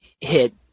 hit